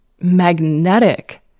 magnetic